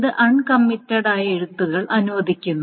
ഇത് അൺകമ്മിറ്റഡായ എഴുത്തുകൾ അനുവദിക്കുന്നു